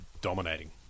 dominating